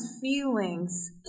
feelings